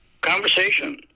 conversation